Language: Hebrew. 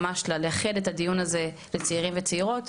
ממש לייחד את הדיון הזה לצעירים וצעירות,